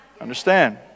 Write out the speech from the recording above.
Understand